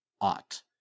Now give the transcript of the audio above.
ought